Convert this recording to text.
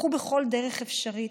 מחו בכל דרך אפשרית.